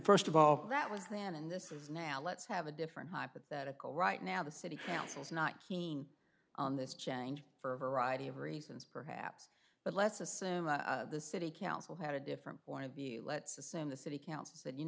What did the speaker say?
first of all that was then and this is now let's have a different hypothetical right now the city council is not keen on this change for a variety of reasons perhaps but let's assume the city council had a different point of view let's assume the city council said you